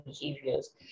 behaviors